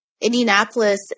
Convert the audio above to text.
Indianapolis